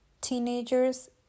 Teenagers